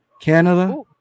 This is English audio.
Canada